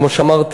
כמו שאמרתי,